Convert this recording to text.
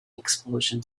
explosion